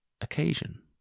occasion